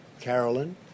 Carolyn